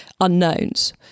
unknowns